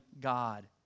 God